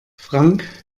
frank